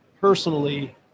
personally